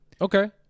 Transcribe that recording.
Okay